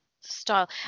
style